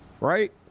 Right